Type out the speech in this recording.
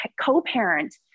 co-parent